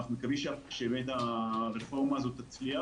אנחנו מקווים שהרפורמה הזאת תצליח,